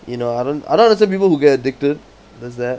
you know I don't I don't understand people who get addicted there's that